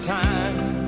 time